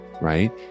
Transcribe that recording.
right